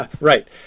Right